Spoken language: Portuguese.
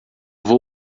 vou